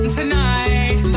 tonight